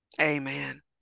Amen